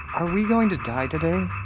are we going to die today?